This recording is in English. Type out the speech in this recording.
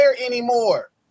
anymore